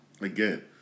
Again